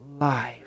life